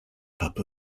cup